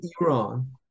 Iran